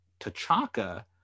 tachaka